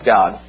God